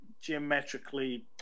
geometrically